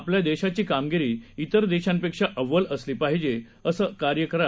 आपल्यादेशाचीकामगिरी तरदेशांपेक्षाअव्वलअसलीपाहिजेअसंकार्यकरा